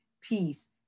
peace